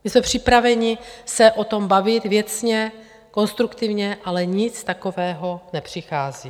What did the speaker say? My jsme připraveni se o tom bavit věcně, konstruktivně, ale nic takového nepřichází.